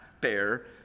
bear